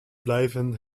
blijven